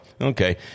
okay